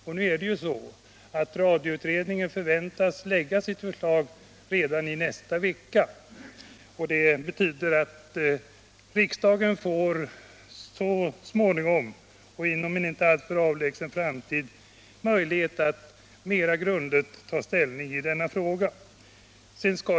Denna utredning förväntas lägga fram sitt förslag redan nästa vecka, och det betyder att riksdagen inom en inte alltför avlägsen framtid får möjlighet till ett grundligare ställningstagande.